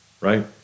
Right